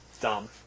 dumb